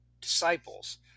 disciples